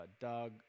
Doug